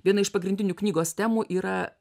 viena iš pagrindinių knygos temų yra